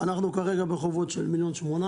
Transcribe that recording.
אנחנו כרגע בחובות של 1.8 מיליון,